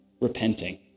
repenting